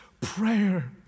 prayer